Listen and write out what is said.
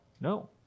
No